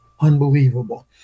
unbelievable